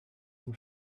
vom